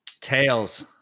Tails